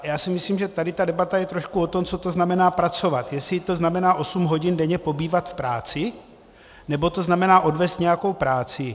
A já si myslím, že tady ta debata je trošku o tom, co to znamená pracovat, jestli to znamená osm hodin denně pobývat v práci, nebo to znamená odvést nějakou práci.